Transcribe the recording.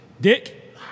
Dick